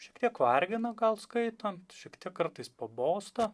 šiek tiek vargina gal skaitant šiek tiek kartais pabosta